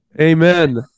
Amen